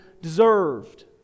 deserved